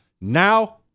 Now